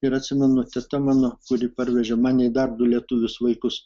ir atsimenu teta mano kuri parvežė mane ir dar du lietuvius vaikus